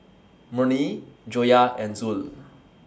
Murni Joyah and Zul